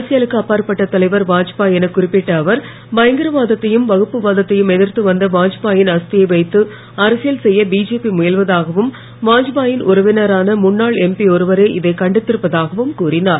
அரசியலுக்கு அப்பாற்பட்ட தலைவர் வாஜ்பாய் என குறிப்பிட்ட அவர் பயங்கரவாதத்தையும் வகுப்புவா தத்தையும் எதிர்த்து வந்த வாத்பாயின் அஸ்தியை வைத்து அரசியல் செய்ய பிஜேபி முயலுவதாகவும் வாத்பாயின் உறவினரான முன்னாள் எம்பி ஒருவரே இதை கண்டித்திருப்பதாகவும் கூறினார்